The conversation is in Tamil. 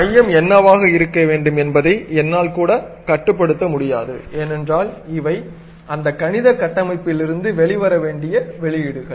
மையம் என்னவாக இருக்க வேண்டும் என்பதை என்னால் கூட கட்டுப்படுத்த முடியாது ஏனென்றால் இவை அந்த கணித கட்டமைப்பிலிருந்து வெளிவர வேண்டிய வெளியீடுகள்